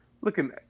looking